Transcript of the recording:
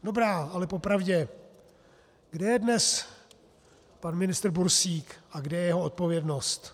Dobrá, ale popravdě, kde je dnes pan ministr Bursík a kde je jeho odpovědnost?